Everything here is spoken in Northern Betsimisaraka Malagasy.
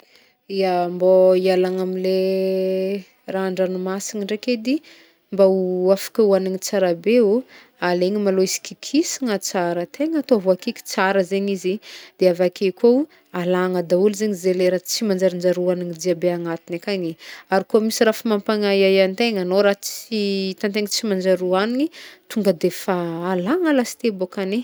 Ya, mbô hialagna amle raha an-dranomasigny ndraiky edy mba ho afaka hoagniny tsara be ô, alaigna malô izy, kikisana tsara tegna atao voakiky tsara zegny izy de avake koa alagna daholo zegny zay le raha tsy manjarinjary hoagniny jiaby agnatiny ankagny, ary koa misy raha fa mampanahiahy antegna no ra tsy hitantegna tsy manjary hoagniny tonga de fa alagna lasite bôkany.